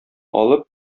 алып